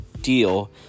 deal